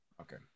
okay